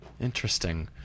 Interesting